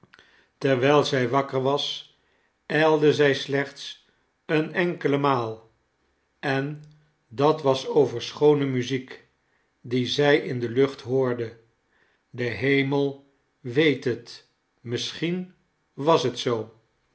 terwijl zij wakker was ijlde zij slechts eene enkele maal en dat was over schoone muziek die zij in de lucht hoorde de hemel weet het misschien was het zoo